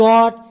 God